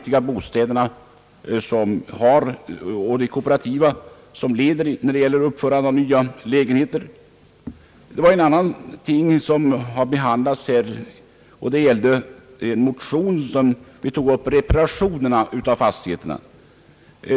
I en motion som tidigare har berörts här tar vi upp reparationerna av fastigheterna.